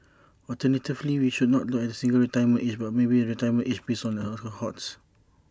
alternatively we should not look at A single retirement age but maybe A retirement age based on age cohorts